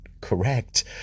correct